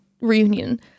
reunion